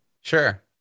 Sure